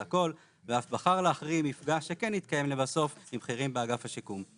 הכול ואף בחר להחרים מפגש שכן התקיים לבסוף עם בכירים באגף השיקום.